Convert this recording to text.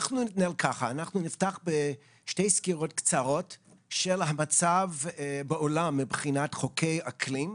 אנחנו נפתח עם שתי סקירות קצרות של המצב בעולם מבחינת חוקי אקלים.